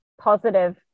positive